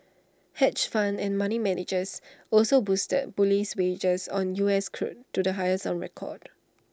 hedge funds and money managers also boosted bullish wagers on U S crude to the highest on record